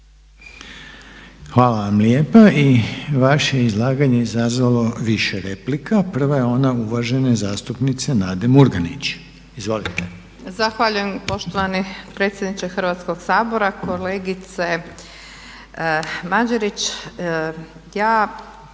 Hvala vam lijepa. I vaše izlaganje izazvalo je više replika. Prva je ona uvažene zastupnice Nade Murganić. Izvolite. **Murganić, Nada (HDZ)** Zahvaljujem poštovani predsjedniče Hrvatskog sabora. Kolegice Mađerić,